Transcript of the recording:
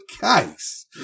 case